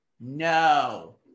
No